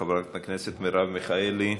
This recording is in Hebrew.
חברת הכנסת מרב מיכאלי,